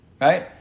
right